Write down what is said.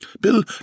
Bill